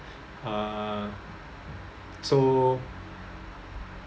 uh so